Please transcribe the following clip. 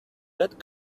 that